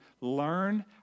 learn